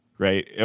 Right